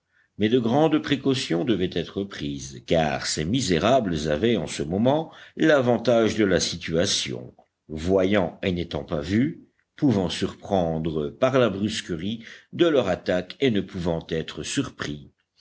mais de grandes précautions devaient être prises car ces misérables avaient en ce moment l'avantage de la situation voyant et n'étant pas vus pouvant surprendre par la brusquerie de leur attaque et ne pouvant être surpris